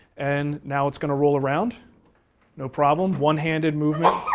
and now it's going to roll around no problem, one handed movement.